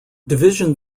division